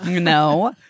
No